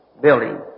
building